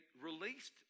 released